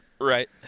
Right